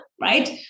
right